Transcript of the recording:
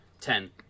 Ten